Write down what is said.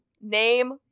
Name